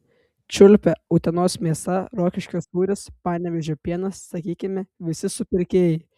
čiulpia utenos mėsa rokiškio sūris panevėžio pienas sakykime visi supirkėjai